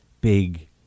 big